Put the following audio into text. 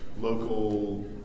local